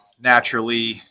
naturally